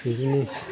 बेजोंनो